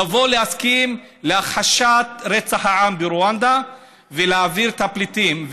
להסכים להכחשת רצח העם ברואנדה ולהעביר את הפליטים.